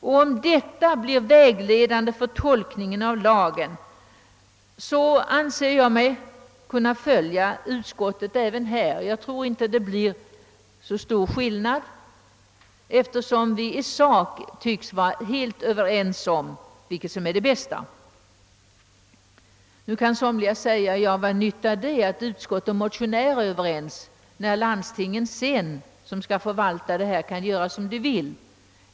Om detta uttalande blir vägledande för tolkningen av lagen, anser jag mig kunna följa utskottet även på denna punkt. Jag tror inte att det blir så stor skillnad, eftersom vi i sak tycks vara helt överens om vad som är det bästa. Naturligtvis kan någon fråga sig vad det nyttar till att utskottet och motionärerna är överens, när sedan landstingen kan göra som de vill.